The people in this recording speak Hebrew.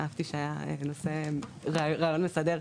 אהבתי שהיה רעיון מסדר.